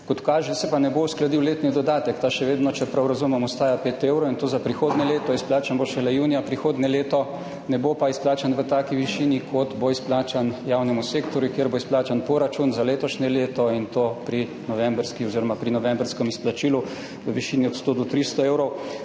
Kot kaže, se pa ne bo uskladil letni dodatek. Ta še vedno, če prav razumem, ostaja pet evrov, in to za prihodnje leto. Izplačan bo šele junija prihodnje leto, ne bo pa izplačan v taki višini, kot bo izplačan javnemu sektorju, kjer bo izplačan poračun za letošnje leto, in to pri novembrskem izplačilu v višini od 100 do 300 evrov,